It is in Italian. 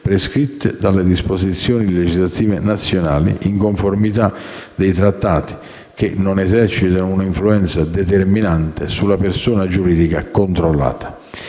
prescritte dalle disposizioni legislative nazionali, in conformità dei trattati) che non esercitano un'influenza determinante sulla persona giuridica controllata.